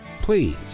Please